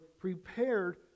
prepared